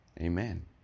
Amen